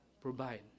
provide